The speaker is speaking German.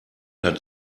hat